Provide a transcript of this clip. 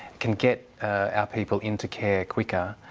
can get our people into care quicker.